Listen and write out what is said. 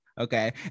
Okay